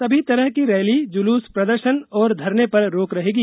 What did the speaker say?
सभी तरह की रैली जुलूस प्रदर्शन और धरने पर रोक रहेगी